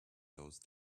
those